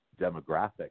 demographic